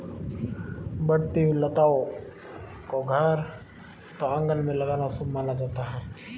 बढ़ती हुई लताओं को घर अथवा आंगन में लगाना शुभ माना जाता है